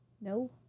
no